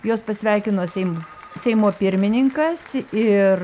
juos pasveikino seim seimo pirmininkas ir